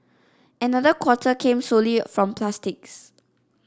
another quarter came solely from plastics